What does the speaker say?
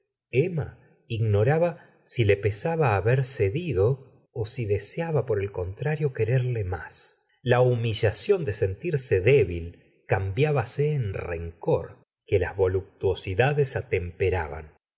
emma ignoraba si le pesaba haber cedido ó si deseaba por el contrario quererle más la humillación de sentirse débil cambibase en rencor que las voluptuosidades atemperaban